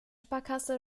sparkasse